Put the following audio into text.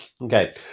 Okay